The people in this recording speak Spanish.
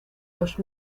los